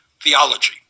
theology